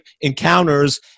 encounters